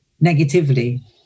negatively